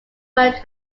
work